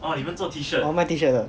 啊卖 T shirt 的